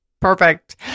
perfect